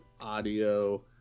audio